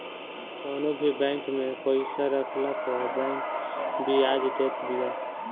कवनो भी बैंक में पईसा रखला पअ बैंक बियाज देत बिया